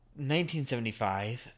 1975